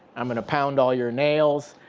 i'm going to pound all your nails.